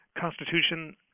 Constitution